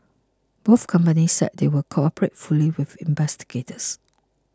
both companies said they would cooperate fully with investigators